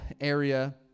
area